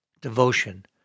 devotion